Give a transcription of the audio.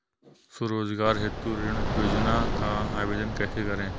स्वरोजगार हेतु ऋण योजना का आवेदन कैसे करें?